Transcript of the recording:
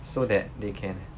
so that they can